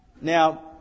Now